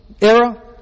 era